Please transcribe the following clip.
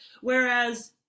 whereas